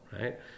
right